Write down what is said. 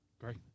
great